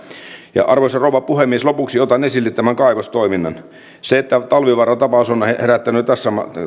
arvoisa rouva puhemies lopuksi otan esille tämän kaivostoiminnan sekään että talvivaaran tapaus on herättänyt tässä